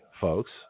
folks